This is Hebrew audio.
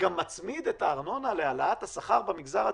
שגם מצמיד את הארנונה להעלאת השכר במגזר הציבורי.